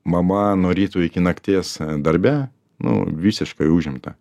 mama nuo ryto iki nakties e darbe nu visiškai užimta